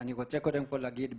אני רוצה קודם כל להגיד בשמי,